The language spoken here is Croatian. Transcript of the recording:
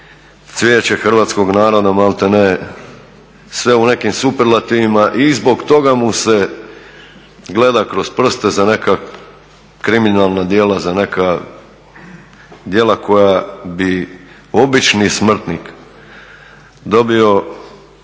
cvijeće hrvatskog naroda malte ne, sve u nekim superlativima i zbog toga mu se gleda kroz prste za neka kriminalna djela, za neka djela koja bi obični smrtnik dobio